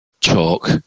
chalk